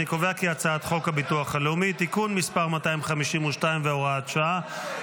אני קובע כי הצעת חוק הביטוח הלאומי (תיקון מס' 252 והוראת שעה),